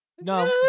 No